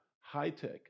high-tech